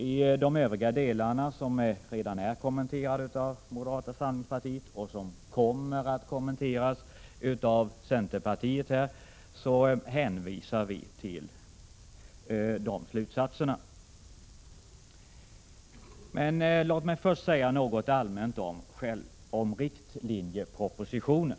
I de övriga delarna, som redan är kommenterade av moderata samlingspartiets företrädare och som kommer att kommenteras av centerpartiets representant, hänvisar jag till de slutsatser som där redovisas. Men låt mig börja med att säga något allmänt om riktlinjepropositioner.